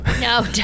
No